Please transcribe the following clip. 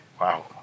Wow